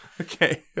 okay